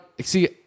see